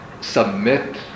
submit